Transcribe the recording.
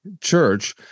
church